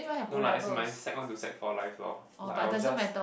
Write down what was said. no lah as in my sec one to sec four life lor like I was just